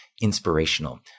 inspirational